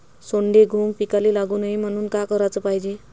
सोंडे, घुंग पिकाले लागू नये म्हनून का कराच पायजे?